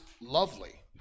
lovely